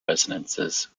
resonances